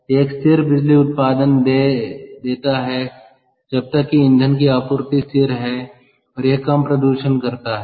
यह एक स्थिर बिजली उत्पादन देता है जब तक कि ईंधन की आपूर्ति स्थिर है और यह कम प्रदूषण करता है